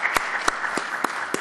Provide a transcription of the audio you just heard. (מחיאות